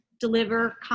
deliver